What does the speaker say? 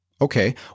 Okay